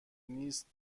نیست